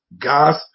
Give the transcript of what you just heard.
gas